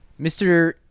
Mr